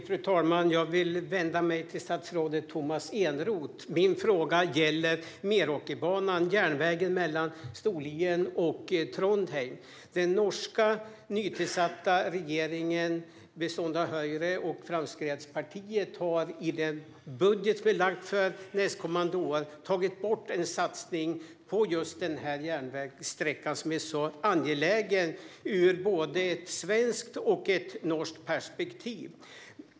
Fru talman! Jag vill vända mig till statsrådet Tomas Eneroth. Min fråga gäller Meråkerbanan, järnvägen mellan Storlien och Trondheim. Den norska nytillsatta regeringen, bestående av Høyre och Fremskrittspartiet, har i budgeten för nästkommande år tagit bort en satsning på just den järnvägssträckan, som är angelägen ur både ett svenskt och ett norskt perspektiv.